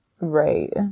Right